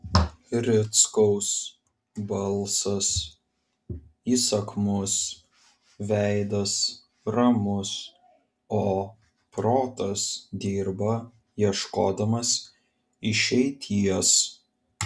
rickaus balsas įsakmus veidas ramus o protas dirba ieškodamas išeities